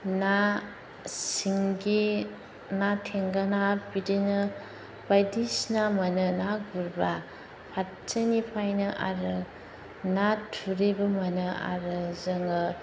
ना सिंगि ना थेंगोना बिदिनो बायदिसिना मोनो ना गुरबा फारसेनिफ्रायनो आरो ना थुरिबो मोनो आरो जोङो